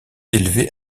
élevé